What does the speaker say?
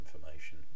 information